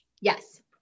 Yes